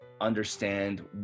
understand